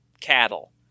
cattle